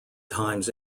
times